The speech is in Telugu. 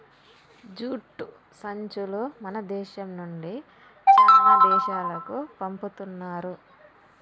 జూట్ సంచులు మన దేశం నుండి చానా దేశాలకు పంపుతున్నారు